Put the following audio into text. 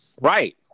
Right